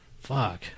Fuck